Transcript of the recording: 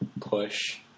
push